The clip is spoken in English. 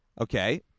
Okay